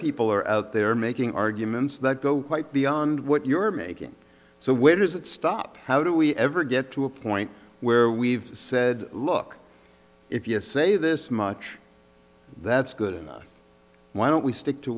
people are out there making arguments that go quite beyond what you're making so where does it stop how do we ever get to a point where we've said look if you say this much that's good enough why don't we stick to